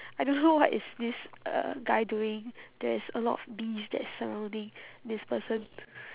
I don't know what is this uh guy doing there is a lot of bees that is surrounding this person